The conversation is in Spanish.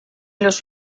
los